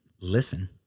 listen